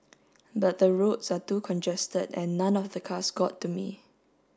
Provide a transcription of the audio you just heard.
but the roads are too congested and none of the cars got to me